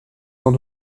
sans